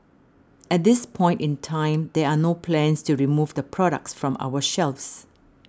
at this point in time there are no plans to remove the products from our shelves